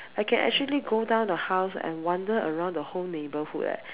I can actually go down the house and wander around the whole neighbourhood leh